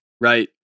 Right